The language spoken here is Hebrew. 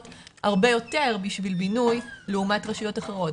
הרבה יותר בשביל בינוי לעומת רשויות אחרות.